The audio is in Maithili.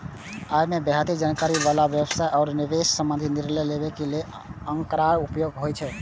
अय मे बेहतर जानकारी बला व्यवसाय आ निवेश संबंधी निर्णय लेबय लेल आंकड़ाक उपयोग होइ छै